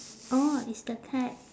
oh it's the card